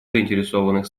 заинтересованных